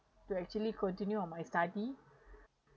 to actually continue on my study